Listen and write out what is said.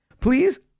Please